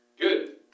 good